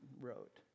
wrote